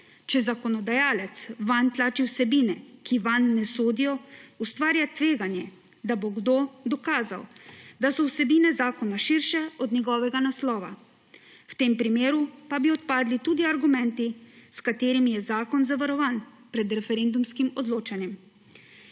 Če zakonodajalec vanj tlači vsebine, ki vanj ne sodijo, ustvarja tveganje, da bo kdo dokazal, da so vsebine zakona širše od njegovega naslova. V tem primeru pa bi odpadli tudi argumenti, s katerimi je zakon zavarovan pred referendumskim odločanje.